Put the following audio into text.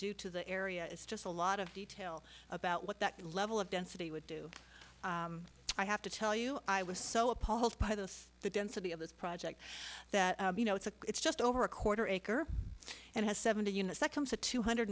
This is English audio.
do to the area it's just a lot of detail about what that level of density would do i have to tell you i was so appalled by this the density of this project that you know it's a it's just over a quarter acre and has seventy units that comes to two hundred